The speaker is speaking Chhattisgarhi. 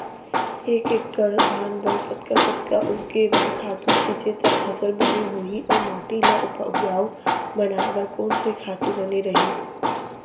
एक एक्कड़ धान बर कतका कतका अऊ के बार खातू छिंचे त फसल बने होही अऊ माटी ल उपजाऊ बनाए बर कोन से खातू बने रही?